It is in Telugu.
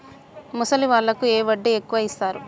ముసలి వాళ్ళకు ఏ వడ్డీ ఎక్కువ ఇస్తారు?